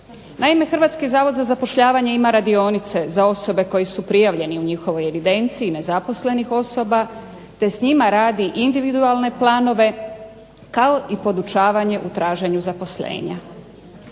Naime, Hrvatski zavod za zapošljavanje ima radionice za osobe koje su prijavljene u njihovoj evidenciji nezaposlenih osoba, te s njima radi individualne planove kao i podučavanje u traženju zaposlenja.